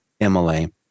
Emily